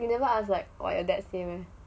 you never ask like what your dad say meh